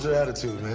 attitude,